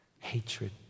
Hatred